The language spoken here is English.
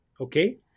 Okay